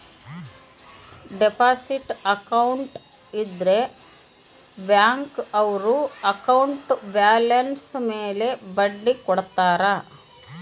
deposit account ಇದ್ರ bank ಅವ್ರು account balance ಮೇಲೆ ಬಡ್ಡಿ ಕೊಡ್ತಾರ